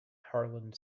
harland